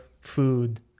food